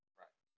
right